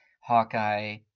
Hawkeye